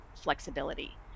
flexibility